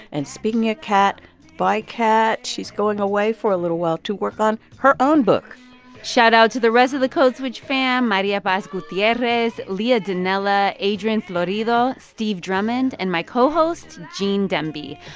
and speaking of ah kat bye, kat. she's going away for a little while to work on her own book shoutout to the rest of the code switch fam, maria paz gutierrez, leah donnella, adrian florido, steve drummond and my cohost, gene demby.